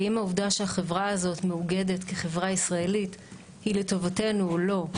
האם עובדה שהחברה הזאת מאוגדת כחברה ישראלית היא לטובתנו או לא?